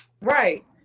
right